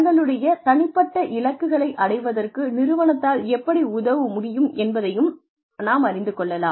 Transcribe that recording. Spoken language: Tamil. தங்களுடைய தனிப்பட்ட இலக்குகளை அடைவதற்கு நிறுவனத்தால் எப்படி உதவ முடியும் என்பதையும் நாம் அறிந்து கொள்ளலாம்